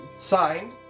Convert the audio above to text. Signed